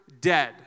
dead